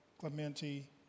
Clemente